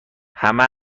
همه